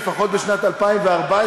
לפחות בשנת 2014,